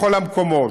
בכל המקומות.